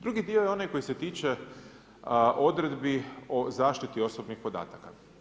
Drugi dio je onaj koji se tiče odredbi o zaštiti osobnih podataka.